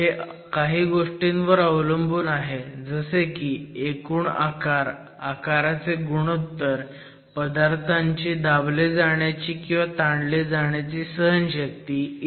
हे काही गोष्टींवर अवलंबून आहे जसे की एकूण आकार आकाराचे गुणोत्तर पदार्थांची दाबले जाण्याची किंवा ताणले जाण्याची सहनशक्ती ई